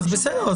בסדר.